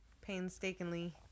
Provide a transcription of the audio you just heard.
painstakingly